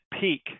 peak